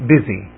busy